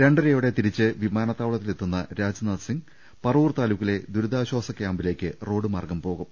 രണ്ടരയോടെ തിരിച്ച് വിമാനത്താവളത്തിലെത്തുന്ന രാജ്നാഥ് സിംഗ് പറവൂർ താലൂക്കിലെ ദുരിതാശ്ചാസ ക്യാമ്പിലേക്ക് റോഡ് മാർഗ്ഗം പോകും